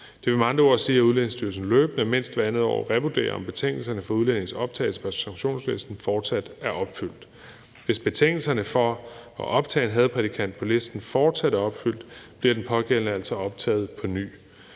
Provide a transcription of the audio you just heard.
Det vil med andre ord sige, at Udlændingestyrelsen løbende mindst hvert andet år revurderer, om betingelserne for udlændinges optagelse på sanktionslisten fortsat er opfyldt. Hvis betingelserne for at optage en hadprædikant på listen fortsat er opfyldt, bliver den pågældende altså optaget på ny.